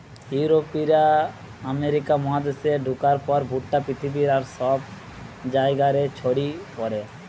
ইউরোপীয়রা আমেরিকা মহাদেশে ঢুকার পর ভুট্টা পৃথিবীর আর সব জায়গা রে ছড়ি পড়ে